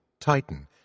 Titan